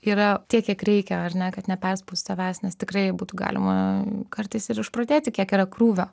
yra tiek kiek reikia ar ne kad neperspaust savęs nes tikrai būtų galima kartais ir išprotėti kiek yra krūvio